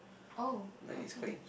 oh okay